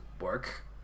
work